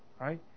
Right